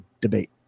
debate